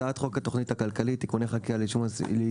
הצעת חוק התוכנית הכלכלית (תיקוני חקיקה ליישום